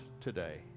today